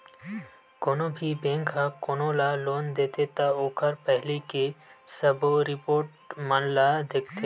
कोनो भी बेंक ह कोनो ल लोन देथे त ओखर पहिली के सबो रिपोट मन ल देखथे